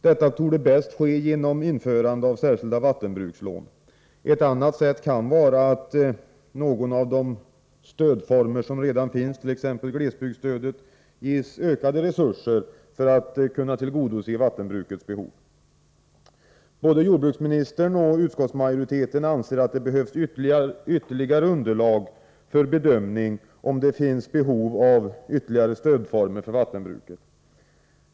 Detta torde bäst ske genom införande av särskilda vattenbrukslån. Ett annat sätt kan vara att någon av de stödformer som redan finns, t.ex. glesbygdsstödet, ges ökade resurser för att tillgodose vattenbrukets behov. Både jordbruksministern och utskottsmajoriteten anser att det behövs ytterligare underlag för bedömning av om det finns behov av ytterligare stödformer för vattenbruket.